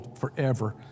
forever